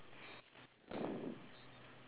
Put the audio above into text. K wait ah